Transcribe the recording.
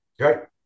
Right